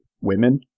women